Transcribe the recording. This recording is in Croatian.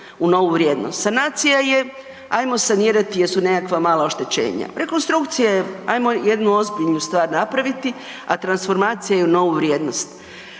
u novu vrijednost. Sanacija je ajmo sanirati jer su nekakva mala oštećenja. Rekonstrukcija je ajmo jednu ozbiljnu stvar napraviti a transformacija je u novu vrijednost.